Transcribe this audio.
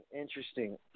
interesting